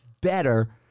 better